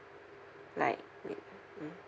like may~ mm